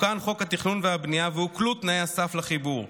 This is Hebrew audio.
תוקן חוק התכנון והבנייה והוקלו תנאי הסף לחיבור,